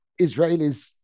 Israelis